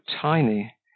tiny